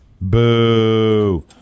Boo